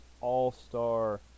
all-star